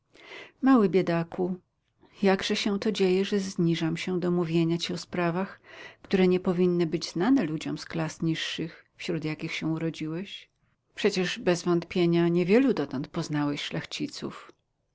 mały biedaku jakże się to dzieje że zniżam się do mówienia ci o sprawach które nie powinny być znane ludziom z klas niższych wśród jakich się urodziłeś przecież bez wątpienia niewielu dotąd poznałeś